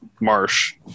marsh